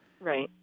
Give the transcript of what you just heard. Right